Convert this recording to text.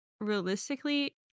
realistically